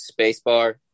Spacebar